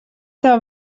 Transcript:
tev